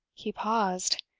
he paused,